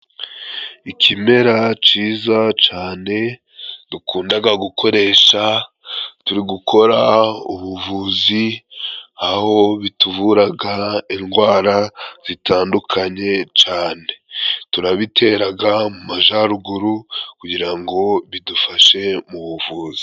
Ikimera ciza can dukundaga gukoresha turi gukora ubuvuzi, aho bituvuraga indwara zitandukanye cane, turabiteraga mu majaruguru kugira ngo bidufashe mu buvuzi.